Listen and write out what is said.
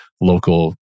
local